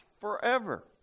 forever